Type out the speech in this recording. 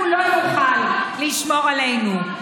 הוא לא יוכל לשמור עלינו.